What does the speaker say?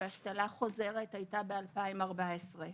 וההשתלה החוזרת הייתה ב-2014.